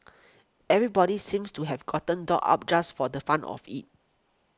everybody seems to have gotten dolled up just for the fun of it